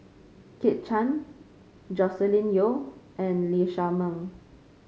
Kit Chan Joscelin Yeo and Lee Shao Meng